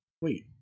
Wait